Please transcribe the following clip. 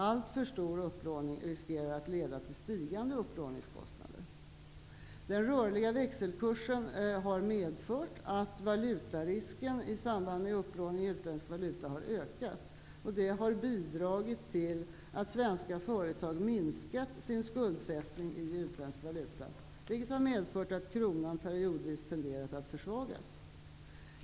Alltför stor upplåning riskerar att leda till stigande upplåningskostnader. Den rörliga växelkursen har medfört att valutarisken i samband med upplåning i utländsk valuta har ökat. Detta har bidragit till att svenska företag har minskat sin skuldsättning i utländsk valuta, vilket medfört att kronan periodvis tenderat att försvagas.